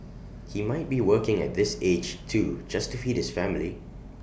he might be working at this age too just to feed his family